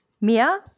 Mia